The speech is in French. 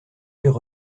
sur